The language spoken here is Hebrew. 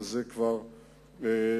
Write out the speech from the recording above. על זה כבר דיברתי.